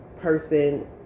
person